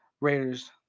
Raiders